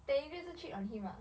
technically 是 cheat on him ah